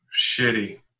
shitty